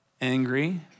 Angry